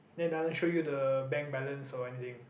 then doesn't show you the bank balance or anything